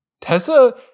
Tessa